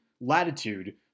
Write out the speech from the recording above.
latitude